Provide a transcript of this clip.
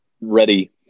ready